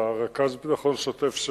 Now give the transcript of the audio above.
רכז הביטחון השוטף,